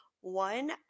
One